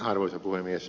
arvoisa puhemies